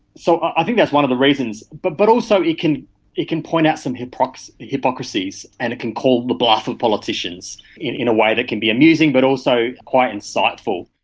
so i think that's one of the reasons. but but also it can it can point out some hypocrisies hypocrisies and it can call the bluff of politicians in a way that can be amusing but also quite insightful.